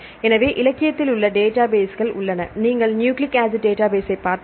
எனவே இலக்கியத்தில் பல டேட்டாபேஸ்கள் உள்ளன நீங்கள் நியூக்ளிக் ஆசிட் டேட்டாபேஸ்ஸைப் பார்த்தால்